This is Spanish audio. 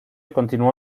continuo